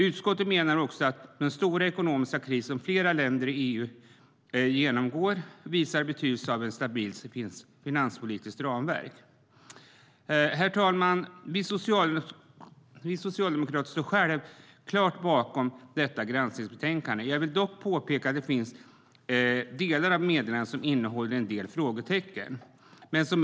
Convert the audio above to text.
Utskottet menar också att den stora ekonomiska kris som flera länder i EU genomgår visar betydelse av ett stabilt finanspolitiskt ramverk. Herr talman! Vi socialdemokrater står självklart bakom detta granskningsutlåtande. Jag vill dock påpeka att delar av meddelandet innehåller en del frågetecken.